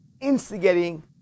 instigating